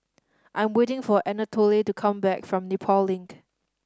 I am waiting for Anatole to come back from Nepal Link